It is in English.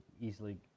easily